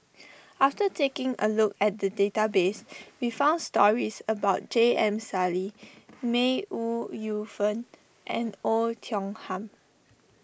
after taking a look at the database we found stories about J M Sali May Ooi Yu Fen and Oei Tiong Ham